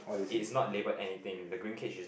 it's not labelled anything the green cage